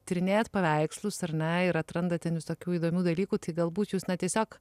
tyrinėjat paveikslus ar ne ir atrandate tokių įdomių dalykų tai galbūt jūs na tiesiog